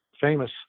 famous